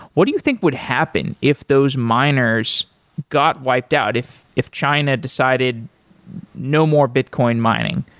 what do you think would happen if those miners got wiped out, if if china decided no more bitcoin mining?